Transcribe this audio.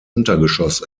untergeschoss